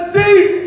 deep